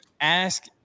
ask